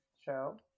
show